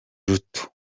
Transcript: ruto